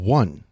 one